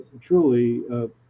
truly